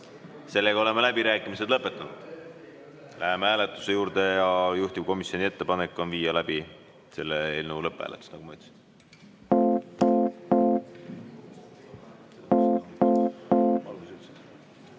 Nii, oleme läbirääkimised lõpetanud. Läheme hääletuse juurde. Juhtivkomisjoni ettepanek on viia läbi selle eelnõu lõpphääletus,